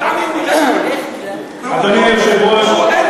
חמש פעמים ביקשנו ממנו, ואין התייחסות.